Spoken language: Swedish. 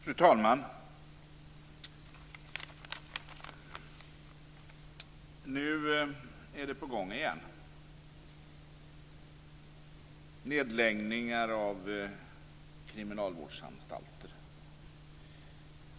Fru talman! Nu är det på gång igen, nedläggningar av kriminalvårdsanstalter.